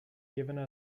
given